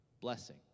blessing